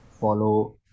follow